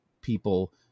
people